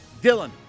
Dylan